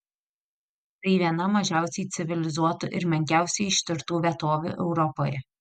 tai viena mažiausiai civilizuotų ir menkiausiai ištirtų vietovių europoje